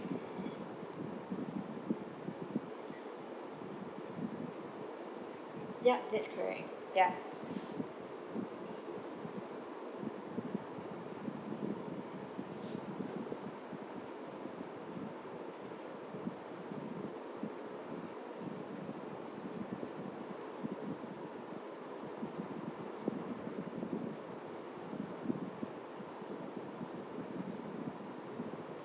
ya that's correct ya